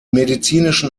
medizinischen